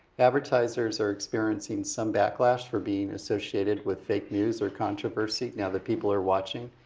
advertisers are experiencing some back lash for being associated with fake news or controversy, now that people are watching.